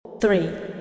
Three